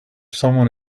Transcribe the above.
someone